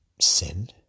sin